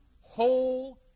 whole